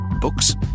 Books